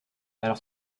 alors